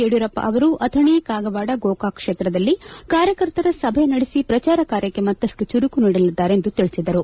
ಯಡಿಯೂರಪ್ಪ ಅವರು ಅಥಣಿ ಕಾಗವಾಡ ಗೋಕಾಕ ಕ್ಷೇತ್ರದಲ್ಲಿ ಕಾರ್ಯಕರ್ತರ ಸಭೆ ನಡೆಸಿ ಪ್ರಚಾರ ಕಾರ್ಯಕ್ಕೆ ಮತ್ತಷ್ಟು ಚುರುಕು ನೀಡಲಿದ್ದಾರೆ ಎಂದು ತಿಳಿಸಿದರು